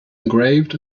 engraved